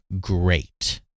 great